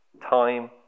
time